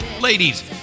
Ladies